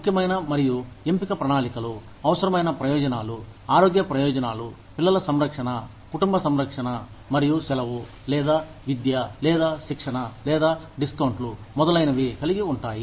ముఖ్యమైన మరియు ఎంపిక ప్రణాళికలు అవసరమైన ప్రయోజనాలు ఆరోగ్య ప్రయోజనాలు పిల్లల సంరక్షణ కుటుంబ సంరక్షణ మరియు సెలవు లేదా విద్య లేదా శిక్షణ లేదా డిస్కౌంట్లు మొదలైనవి కలిగి ఉంటాయి